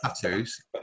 tattoos